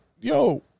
Yo